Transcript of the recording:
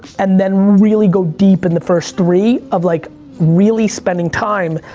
and then really go deep in the first three, of like really spending time.